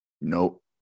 Nope